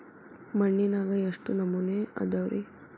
ಮಣ್ಣಿನಾಗ ಎಷ್ಟು ನಮೂನೆ ಅದಾವ ರಿ?